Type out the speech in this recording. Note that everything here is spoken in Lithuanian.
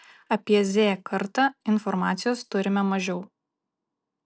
apie z kartą informacijos turime mažiau